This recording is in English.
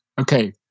okay